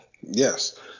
Yes